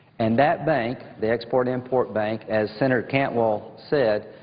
and that bank, the export-import bank, as senator cantwell said,